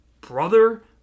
brother